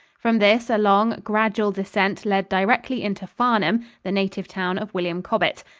from this a long, gradual descent led directly into farnham, the native town of william cobbett.